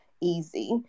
easy